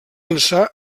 ençà